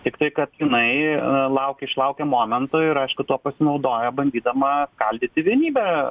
tiktai kad jinai laukė išlaukė momento ir aišku tuo pasinaudojo bandydama skaldyti vienybę